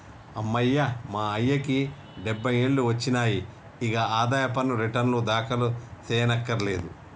అమ్మయ్య మా అయ్యకి డబ్బై ఏండ్లు ఒచ్చినాయి, ఇగ ఆదాయ పన్ను రెటర్నులు దాఖలు సెయ్యకర్లేదు